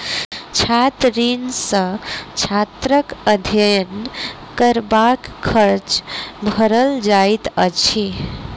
छात्र ऋण सॅ छात्रक अध्ययन करबाक खर्च भरल जाइत अछि